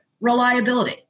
Reliability